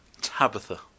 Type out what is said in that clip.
Tabitha